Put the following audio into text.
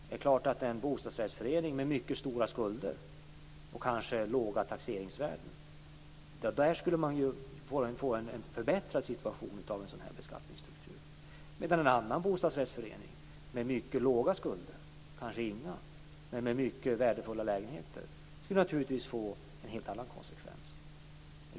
Det är klart att en bostadsrättsförening med mycket stora skulder och låga taxeringsvärden skulle få en förbättrad situation med den här formen av beskattningsstruktur, medan konsekvenserna för en annan bostadsrättsförening som har låga skulder men mycket värdefulla lägenheter skulle bli helt andra.